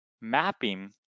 mapping